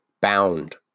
bound